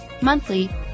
monthly